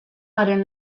haren